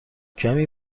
کمی